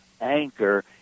anchor